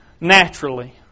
naturally